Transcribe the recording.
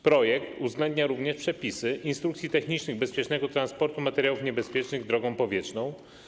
Projekt uwzględnia również przepisy instrukcji technicznych bezpiecznego transportu materiałów niebezpiecznych drogą powietrzną.